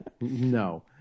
No